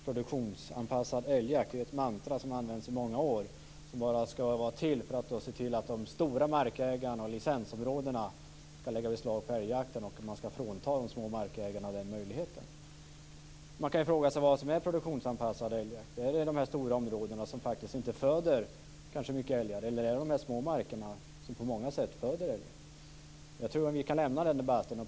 "Produktionsanpassad älgjakt" är ett mantra som har använts i många år. Det ska bara vara till för att stormarksägarna och licensområdena ska lägga beslag på älgjakten. Man ska frånta småmarksägarna den möjligheten. Man kan fråga sig vad som är produktionsanpassad älgjakt. Är det de här stora områdena, som faktiskt inte föder så många älgar? Eller är det de små markerna, som på många sätt föder älgarna? Jag tror nog vi kan lämna den debatten.